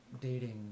dating